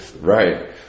Right